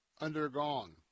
undergone